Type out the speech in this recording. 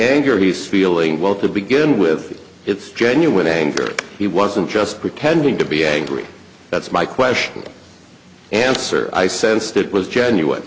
anger he's feeling well to begin with it's genuine anger he wasn't just pretending to be angry that's my question answer i sensed it was genuine